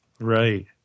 Right